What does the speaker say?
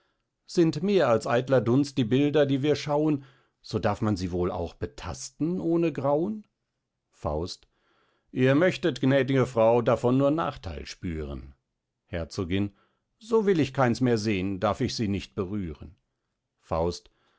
sind mehr als eitler dunst die bilder die wir schauen so darf man sie wohl auch betasten ohne grauen faust ihr möchtet gnädge frau davon nur nachtheil spüren herzogin so will ich keins mehr sehn darf ich sie nicht berühren faust